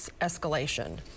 escalation